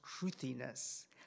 truthiness